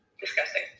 Disgusting